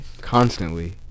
constantly